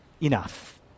enough